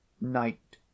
night